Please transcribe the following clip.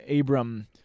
Abram